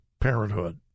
Parenthood